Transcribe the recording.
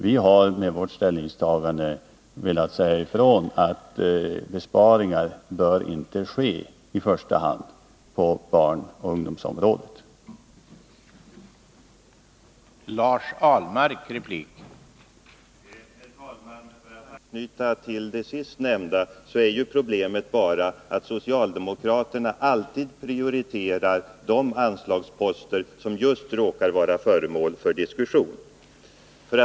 Vi har med vårt ställningstagande velat säga ifrån att besparingar inte bör ske beträffande barnoch ungdomsområdet i första hand.